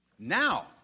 Now